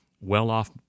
well-off